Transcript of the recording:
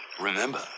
Remember